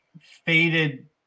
faded